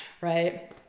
right